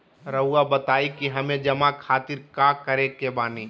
रहुआ बताइं कि हमें जमा खातिर का करे के बानी?